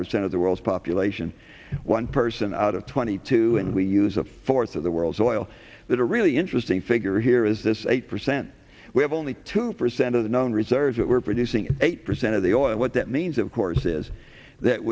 percent of the world's population one person out of twenty two and we use a fourth of the world's oil that are really interesting figure here is this eight percent we have only two percent of the known reserves that we're producing eight percent of the oil what that means of course is that